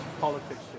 politics